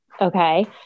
okay